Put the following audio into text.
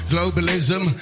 Globalism